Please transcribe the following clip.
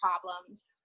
problems